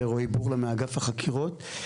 ורועי בורלא מאגף החקירות.